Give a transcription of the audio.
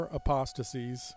apostasies